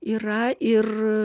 yra ir